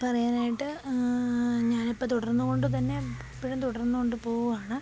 പറയാനായിട്ട് ഞാൻ ഇപ്പോള് തുടർന്നു കൊണ്ടുതന്നെ ഇപ്പോഴും തുടർന്നോണ്ടു പോവാണ്